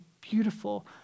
beautiful